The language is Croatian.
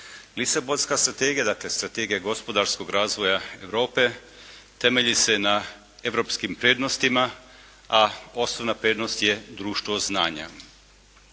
Lisabonska strategija, dakle strategija gospodarskog razvoja Europe temelji se na europskim prednostima, a osnovna prednost je društvo znanja.